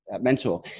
mentor